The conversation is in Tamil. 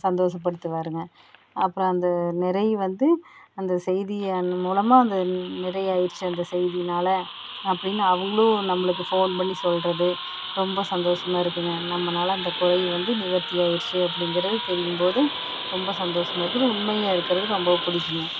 சந்தோஷப்படுத்துவாருங்க அப்புறம் அந்த நிறை வந்து அந்த செய்தியை அது மூலமாக வந்து நிறையாயிடுச்சு அந்த செய்தியினால அப்படின்னு அவங்களும் நம்மளுக்கு ஃபோன் பண்ணி சொல்கிறது ரொம்ப சந்தோஷமாக இருக்குங்க நம்மனால அந்த குறை வந்து நிவர்த்தி ஆயிடுச்சு அப்படிங்கிறது தெரியும்போது ரொம்ப சந்தோஷமாக இருக்குது உண்மையாக இருக்கிறது ரொம்ப பிடிக்குங்க